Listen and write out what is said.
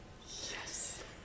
Yes